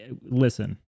Listen